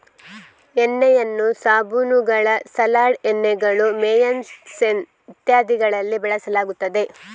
ಎಣ್ಣೆಯನ್ನು ಸಾಬೂನುಗಳು, ಸಲಾಡ್ ಎಣ್ಣೆಗಳು, ಮೇಯನೇಸ್ ಇತ್ಯಾದಿಗಳಲ್ಲಿ ಬಳಸಲಾಗುತ್ತದೆ